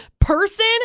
person